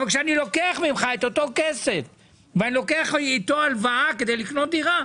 אבל כשאני לוקח ממך את אותו כסף בהלוואה כדי לקנות דירה,